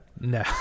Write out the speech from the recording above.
No